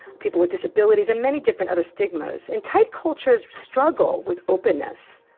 people with disabilities and many different other stigmas. and tight cultures struggle with openness